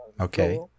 Okay